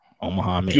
Omaha